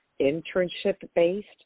internship-based